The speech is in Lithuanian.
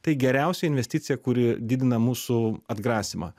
tai geriausia investicija kuri didina mūsų atgrasymą